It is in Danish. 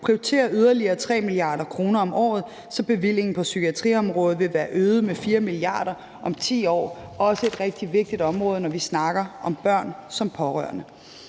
prioritere yderligere 3 mia. kr. om året, så bevilling på psykiatriområdet vil være øget med 4 mia. kr. om 10 år – også et rigtig vigtigt område, når vi snakker om børn som pårørende.